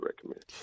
recommend